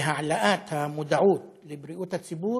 להעלאת המודעות לבריאות הציבור,